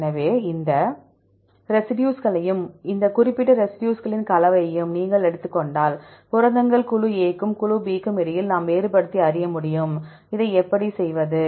எனவே இந்த ரெசிடியூஸ்களையும் இந்த குறிப்பிட்ட ரெசிடியூஸ்களின் கலவையையும் நீங்கள் எடுத்துக் கொண்டால் புரதங்கள் குழு A க்கும் குழு B க்கும் இடையில் நாம் வேறுபடுத்தி அறிய முடியும் இதை எப்படி செய்வது